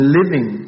living